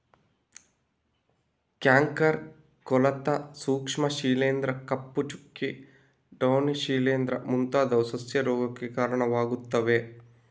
canker, ಕೊಳೆತ ಸೂಕ್ಷ್ಮ ಶಿಲೀಂಧ್ರ, ಕಪ್ಪು ಚುಕ್ಕೆ, ಡೌನಿ ಶಿಲೀಂಧ್ರ ಮುಂತಾದವು ಸಸ್ಯ ರೋಗಕ್ಕೆ ಕಾರಣವಾಗುತ್ತವೆ